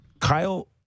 Kyle